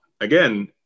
again